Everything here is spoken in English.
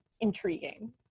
intriguing